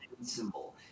symbol